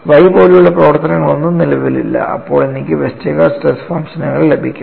Y പോലുള്ള പ്രവർത്തനങ്ങളൊന്നും നിലവിലില്ല അപ്പോൾ എനിക്ക് വെസ്റ്റർഗാർഡ് സ്ട്രെസ് ഫംഗ്ഷനുകൾ ലഭിക്കും